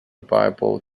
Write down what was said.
bible